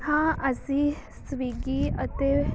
ਹਾਂ ਅਸੀਂ ਸਵੀਗੀ ਅਤੇ